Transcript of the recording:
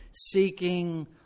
seeking